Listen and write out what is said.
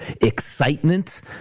excitement